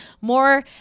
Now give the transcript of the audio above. More